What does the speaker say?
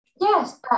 Yes